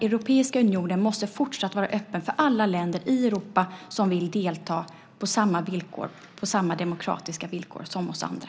Europeiska unionen måste fortsatt vara öppen för alla länder i Europa som vill delta på samma demokratiska villkor som vi andra.